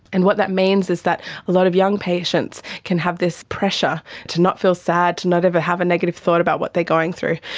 and what that means is that a lot of young patients can have this pressure to not feel sad, to not ever have a negative thought about what they are going through.